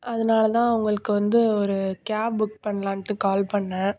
அதனால தான் உங்களுக்கு வந்து ஒரு கேப் புக் பண்ணலான்ட்டு கால் பண்ணேன்